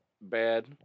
bad